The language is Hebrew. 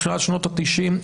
תחילת שנות ה-90.